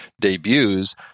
debuts